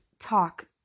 Talk